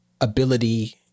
ability